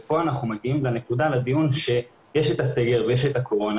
כאן אנחנו מגיעים לנקודה ולדיון שיש את הסגר ויש את הקורונה